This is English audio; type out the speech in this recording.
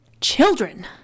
Children